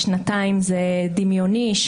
שנתיים זה דימיוני.